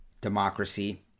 democracy